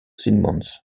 simonds